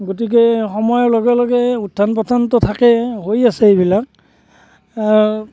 গতিকে সময়ৰ লগে লগে উত্থান পথানটো থাকেই হৈ আছে এইবিলাক